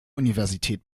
universität